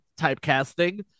typecasting